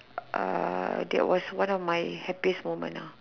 uh that was one of my happiest moment nah